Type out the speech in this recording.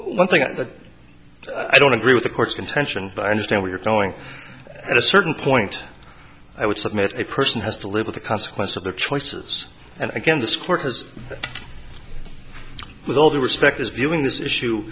i think that i don't agree with the court's contention but i understand where you're going at a certain point i would submit a person has to live with the consequences of their choices and again this court has with all due respect is viewing this issue